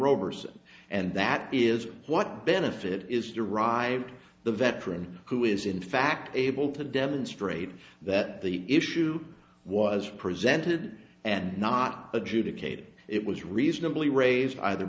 roberson and that is what benefit is derived from the veteran who is in fact able to demonstrate that the issue was presented and not adjudicated it was reasonably raised either